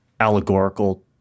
allegorical